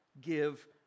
give